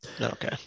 okay